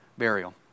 Burial